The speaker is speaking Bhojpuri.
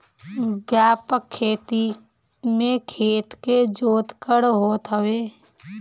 व्यापक खेती में खेत के जोत बड़ होत हवे